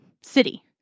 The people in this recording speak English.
city